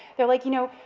they're like, you know,